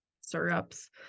syrups